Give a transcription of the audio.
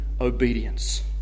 obedience